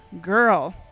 girl